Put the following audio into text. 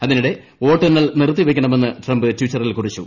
അതിനിടെ വോട്ടെണ്ണൽ നിർത്തി വയ്ക്കണമെന്ന് ട്രംപ് ട്വിറ്ററിൽ കുറിച്ചു